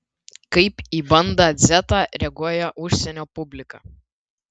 kaip į bandą dzetą reaguoja užsienio publika